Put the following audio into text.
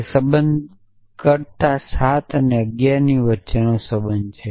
તે સંબંધ કરતાં 7 અને 11 ની વચ્ચેનો સંબંધ છે